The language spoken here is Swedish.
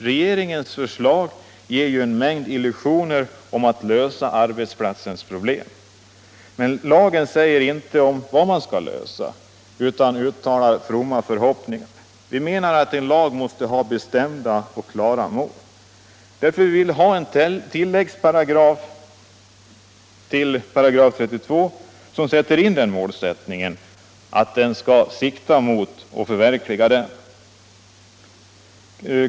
Regeringens förslag ger ju en mängd illusioner om att man skall lösa arbetsplatsens problem. Men lagen säger inte vad man skall lösa utan uttalar fromma förhoppningar. Vi menar att en lag måste ha bestämda och klara mål. Därför vill vi ha en tilläggsparagraf till 32 § som skall sikta mot och förverkliga den målsättningen.